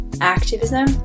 activism